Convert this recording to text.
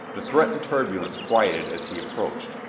the threatened turbulence quieted as he approached,